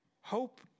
Hope